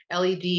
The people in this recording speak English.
LED